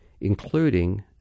including